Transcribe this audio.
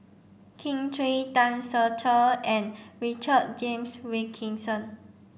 Kin Chui Tan Ser Cher and Richard James Wilkinson